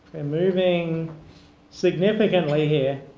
and moving significantly here,